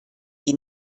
die